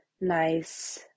nice